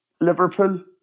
Liverpool